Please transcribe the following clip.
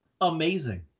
amazing